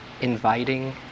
inviting